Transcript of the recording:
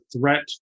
threat